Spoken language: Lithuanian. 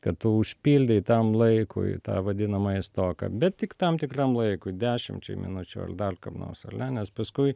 kad tu užpildei tam laikui tą vadinamąją stoką bet tik tam tikram laikui dešimčiai minučių al dar kam nors al ne nes paskui